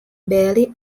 barely